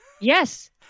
Yes